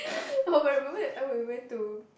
oh but remember that time we went to